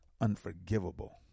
unforgivable